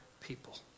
people